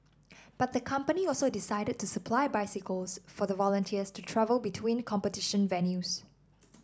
but the company also decided to supply bicycles for the volunteers to travel between competition venues